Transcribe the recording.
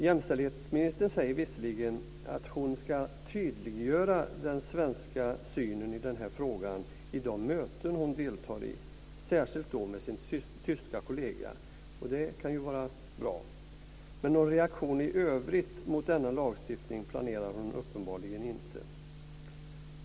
Jämställdhetsministern säger visserligen att hon ska tydliggöra den svenska synen i den här frågan i de möten hon deltar i, särskilt då med sin tyska kollega. Det kan ju vara bra. Men någon reaktion i övrigt mot denna lagstiftning planerar hon uppenbarligen inte.